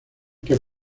que